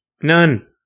None